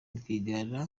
rwigara